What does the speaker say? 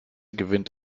gewinnt